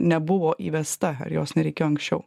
nebuvo įvesta jos nereikėjo anksčiau